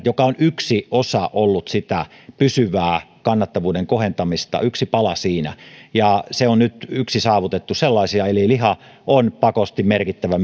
joka on ollut yksi osa sitä pysyvää kannattavuuden kohentamista yksi pala siinä se on nyt yksi saavutettu sellainen pala eli liha on pakosti merkittävä